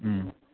ꯎꯝ